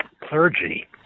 clergy